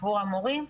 עבור המורים,